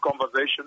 conversation